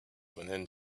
within